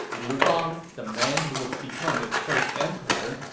liu bang, the man who would become its first emperor,